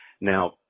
Now